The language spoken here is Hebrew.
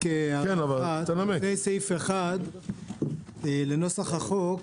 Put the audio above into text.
אבל לפני סעיף 1 לנוסח החוק,